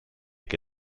che